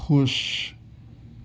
خوش